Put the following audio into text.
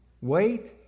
Wait